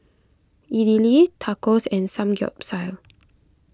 Idili Tacos and Samgeyopsal